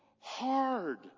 hard